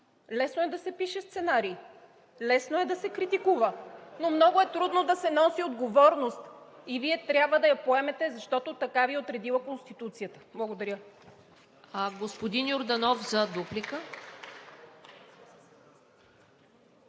Лесно е да се пише сценарий, лесно е да се критикува, но много трудно е да се носи отговорност и Вие трябва да я поемете, защото така Ви е отредила Конституцията. Благодаря.